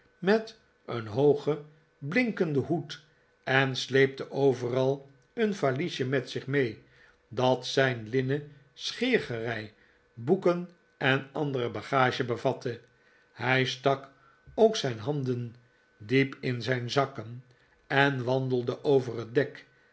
met een hoogen blinkenden hoed en sleepte overal een valiesje met zich mee dat zijn linnen scheergerei boeken en andere bagage bevatte hij stak ook zijn handen diep in zijn zakken en wandelde over het dek